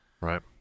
Right